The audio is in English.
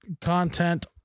content